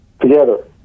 Together